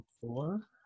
four